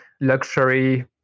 Luxury